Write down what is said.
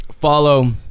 Follow